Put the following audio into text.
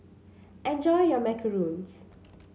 enjoy your Macarons